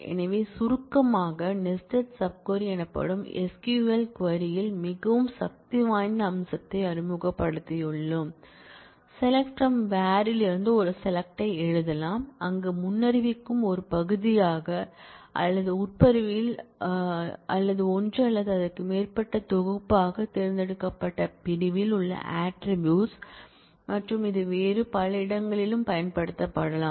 எனவே சுருக்கமாக nested sub query எனப்படும் SQL க்வரி ல் மிகவும் சக்திவாய்ந்த அம்சத்தை அறிமுகப்படுத்தியுள்ளோம் SELECT FROM WHEREசெலக்ட் பிரம் வேர் லிருந்து ஒரு செலக்டை எழுதலாம் அங்கு முன்னறிவிக்கும் ஒரு பகுதியாக அல்லது உட்பிரிவில் அல்லது ஒன்று அல்லது அதற்கு மேற்பட்ட தொகுப்பாக தேர்ந்தெடுக்கப்பட்ட பிரிவில் உள்ள ஆட்ரிபூட்ஸ் மற்றும் இது வேறு பல இடங்களிலும் பயன்படுத்தப்படலாம்